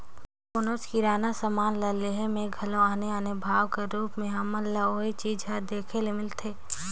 कोनोच किराना समान ल लेहे में घलो आने आने भाव कर रूप में हमन ल ओही चीज हर देखे ले मिलथे